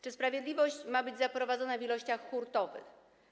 Czy sprawiedliwość ma być zaprowadzona w ilościach hurtowych?